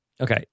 okay